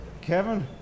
Kevin